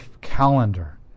calendar